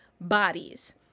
bodies